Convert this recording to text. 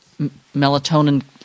melatonin